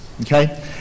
okay